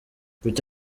kuki